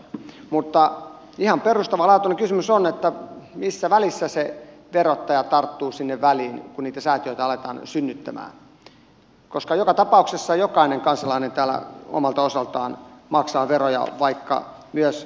mutta ihan perustavanlaatuinen kysymys on että missä välissä se verottaja tulee sinne väliin kun niitä säätiöitä aletaan synnyttämään koska joka ta pauksessa jokainen kansalainen täällä omalta osaltaan maksaa veroja vaikka käyttäisi rahaa myös hyviin tarkoituksiin